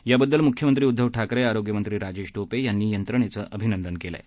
याबद्दल मुख्यमंत्री उद्धव ठाकरे आरोग्यमंत्री राजेश टोपे यांनी यंत्रणेचं अभिनंदन केलं आहे